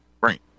Right